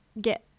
get